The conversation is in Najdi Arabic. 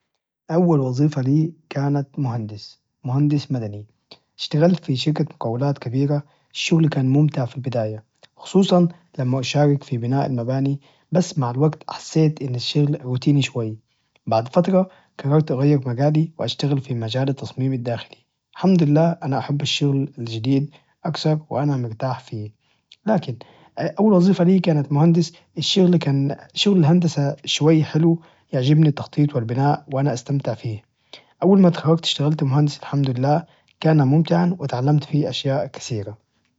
أول وظيفة لي كانت مهندس، مهندس مدني، اشتغلت في شركة مقاولات كبيرة الشغل كان ممتع في البداية خصوصا لما أشارك في بناء المباني بس مع الوقت حسيت إن الشغل روتيني شوي، بعد فترة قررت أغير مجالي وأشتغل في مجال التصميم الداخلي الحمد لله أنا أحب الشغل الجديد أكثر، وأنا مرتاح فيه، لكن أول وظيفة لي كانت مهندس، شغل الهندسة شوي حلو يعجبني التخطيط والبناء وأنا استمتع فيه، أول ما تخرجت اشتغلت مهندس الحمد لله كان ممتعا وتعلمت فيه أشياء كثيرة.